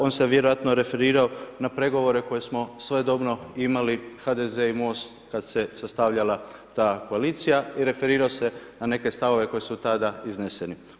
On se vjerojatno referirao na pregovore koje smo svojedobno imali HDZ i MOST kad se sastavljala ta koalicija i referirao se na neke stavove koji su tada izneseni.